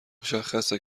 مشخصه